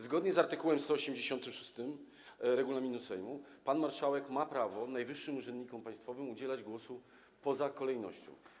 Zgodnie z art. 186 regulaminu Sejmu pan marszałek ma prawo najwyższym urzędnikom państwowym udzielać głosu poza kolejnością.